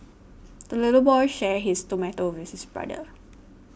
the little boy shared his tomato with his brother